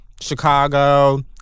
Chicago